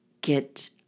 get